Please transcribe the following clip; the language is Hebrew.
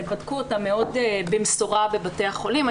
בדקו אותה במשורה בבתי חולים.